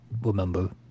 remember